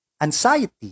Anxiety